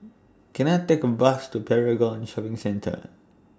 Can I Take A Bus to Paragon Shopping Centre